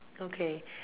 okay